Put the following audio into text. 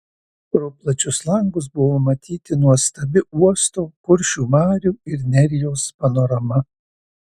pro plačius langus buvo matyti nuostabi uosto kuršių marių ir nerijos panorama